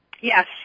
Yes